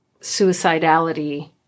suicidality